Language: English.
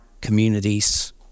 communities